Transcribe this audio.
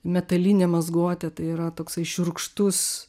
metalinė mazgotė tai yra toksai šiurkštus